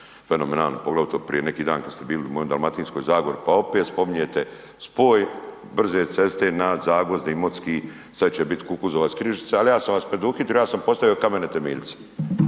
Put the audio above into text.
fenomenalni, poglavito prije neki dan kada ste bili u mojoj Dalmatinskoj zagori pa opet spominjete spoj brze ceste … Zagvozd-Imotski sada će biti Kukuzovac-… ali ja sam vas preduhitrio ja sam postavio kamene temeljce,